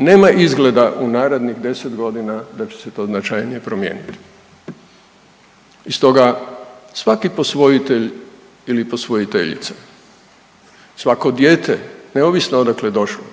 Nema izgleda u narednih 10 godina da će se to značajnije promijeniti i stoga svaki posvojitelj ili posvojiteljica, svako dijete neovisno odakle došao